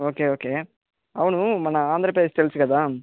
okay okay అవును మన ఆంధ్రప్రదేశ్ తెలుసు కదా